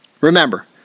Remember